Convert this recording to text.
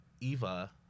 Eva